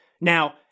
Now